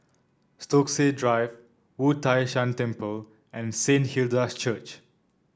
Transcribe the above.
Stokesay Drive Wu Tai Shan Temple and Saint Hilda's Church